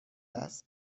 است